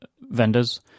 vendors